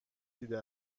دیده